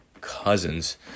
Cousins